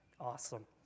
Awesome